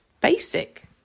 basic